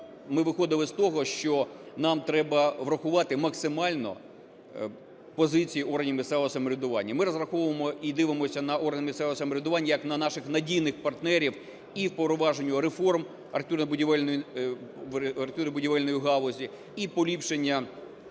ми виходили з того, що нам треба врахувати максимально позицію органів місцевого самоврядування. Ми розраховуємо і дивимося на органи місцевого самоврядування як на наших надійних партнерів і по впровадженню реформ архітектурно-будівельної галузі, і поліпшення,